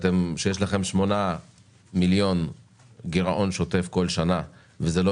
לכם גירעון שוטף של 8 מיליון שקל בכל שנה וזה לא